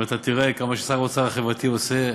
ואתה תראה כמה שר האוצר החברתי עושה,